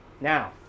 Now